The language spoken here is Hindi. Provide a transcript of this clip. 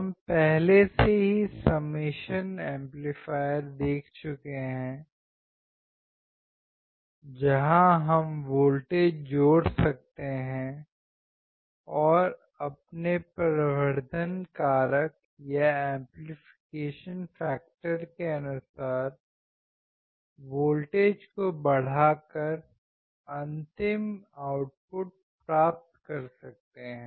हम पहले से ही सम्मेशन एम्पलीफायर देख चुके हैं जहां हम वोल्टेज जोड़ सकते हैं और अपने प्रवर्धन कारक के अनुसार वोल्टेज को बढ़ा कर अंतिम उत्पादन प्राप्त कर सकते हैं